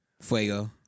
Fuego